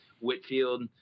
Whitfield